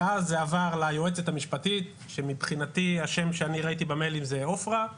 מאז זה עבר ליועצת המשפטית שמבחינתי השם שראיתי במיילים זה עופרה,